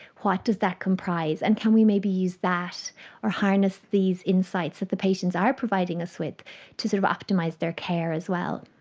what does that comprise, and can we maybe use that or harness these insights that the patients are providing us with to sort of optimise their care as well?